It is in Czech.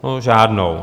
No žádnou.